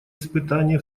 испытания